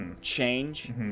change